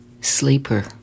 Sleeper